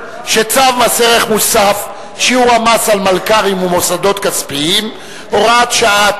צו מס ערך מוסף (שיעור המס על מלכ"רים ומוסדות כספיים) (הוראת שעה),